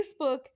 Facebook